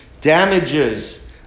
damages